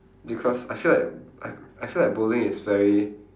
because I feel like I I feel like bowling is very